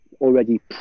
already